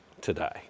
today